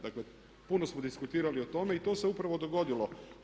Dakle puno smo diskutirali o tome i to su upravo dogodilo.